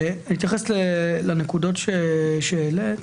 אני אתייחס לנקודות שהעלית: